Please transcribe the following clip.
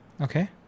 Okay